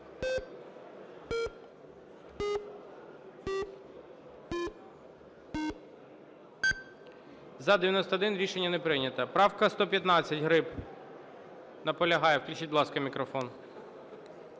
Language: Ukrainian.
За-91 Рішення не прийнято. Правка 115, Гриб. Наполягає. Включіть, будь ласка, мікрофон.